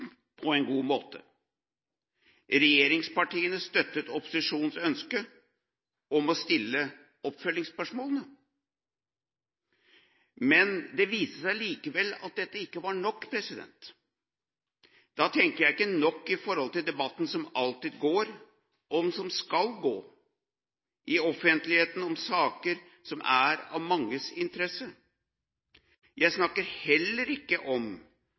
på en god måte. Regjeringspartiene støttet opposisjonens ønske om å stille oppfølgingsspørsmålene. Men det viste seg likevel at dette ikke var nok. Da tenker jeg ikke «nok» i forhold til debatten som alltid går, og som skal gå, i offentligheten om saker som er av manges interesse. Jeg snakker heller ikke om